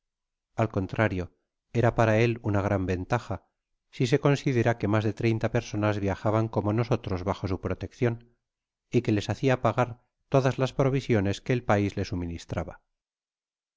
al centrario era para él una gran ventaja si se considera que mas de treinta personas viajaban como nosotros bajo su proteccion y que les hacia pagar todas las provisiones que el pais le suministraba